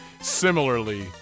similarly